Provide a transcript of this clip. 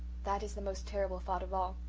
that is the most terrible thought of all.